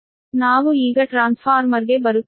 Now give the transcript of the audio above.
ನಾವು ಈಗ ಟ್ರಾನ್ಸ್ಫಾರ್ಮರ್ಗೆ ಬರುತ್ತೇವೆ